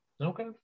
Okay